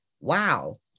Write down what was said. wow